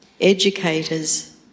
educators